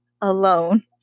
alone